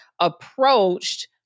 approached